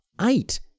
eight